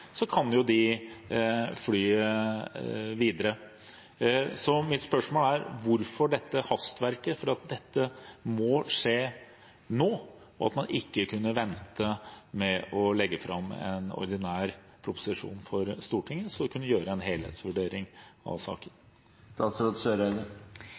kan de fly videre. Så mitt spørsmål er: Hvorfor dette hastverket, det at dette må skje nå? Hvorfor kan man ikke vente og legge fram en ordinær proposisjon for Stortinget, så vi kan gjøre en helhetsvurdering av saken?